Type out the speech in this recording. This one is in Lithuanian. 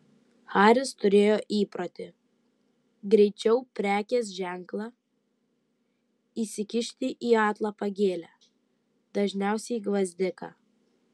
haris turėjo įprotį greičiau prekės ženklą įsikišti į atlapą gėlę dažniausiai gvazdiką